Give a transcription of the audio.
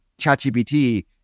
ChatGPT